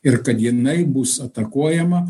ir kad jinai bus atakuojama